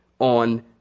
on